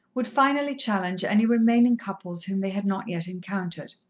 would finally challenge any remaining couples whom they had not yet encountered.